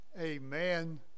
Amen